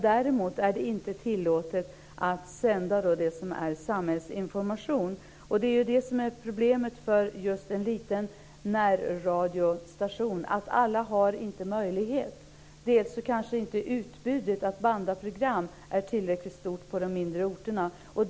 Däremot är det inte tillåtet att sända det som är samhällsinformation. Det är det som är problemet för en liten närradiostation - alla har inte möjlighet till detta utbud. Utbudet av program att banda är kanske inte tillräckligt stort på de mindre orterna.